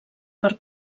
per